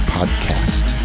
Podcast